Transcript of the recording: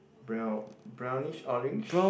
brown brownish orange